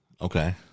Okay